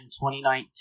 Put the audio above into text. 2019